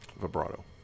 vibrato